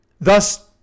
thus